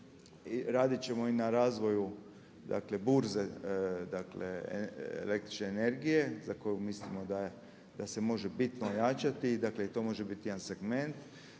raditi ćemo i na razvoju dakle burze, dakle električne energije za koju mislimo da se može bitno ojačati i dakle i to može biti jedan segment.